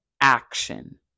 action